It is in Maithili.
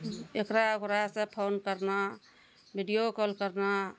एकरा ओकरा से फोन करना वीडियो कॉल करना